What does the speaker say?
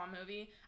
movie